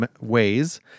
ways